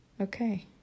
Okay